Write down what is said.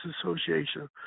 Association